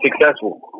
successful